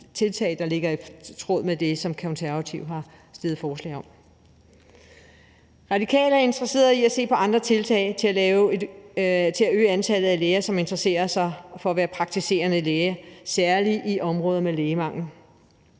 tiltag, der ligger i tråd med det, som De Konservative har fremsat forslag om. Radikale er interesseret i at se på andre tiltag for at øge antallet af læger, som interesserer sig for at være praktiserende læger, særligt i områder med lægemangel.